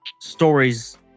stories